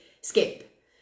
skip